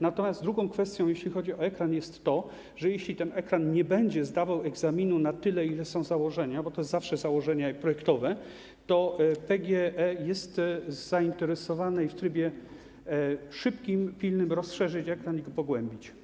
Natomiast drugą kwestią, jeśli chodzi o ekran, jest to, że jeśli ten ekran nie będzie zdawał egzaminu na tyle, na ile zostało to założone - bo to jest zawsze założenie projektowe - to PGE jest zainteresowane, żeby w trybie szybkim, pilnym rozszerzyć ekran i go pogłębić.